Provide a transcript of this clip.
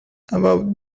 about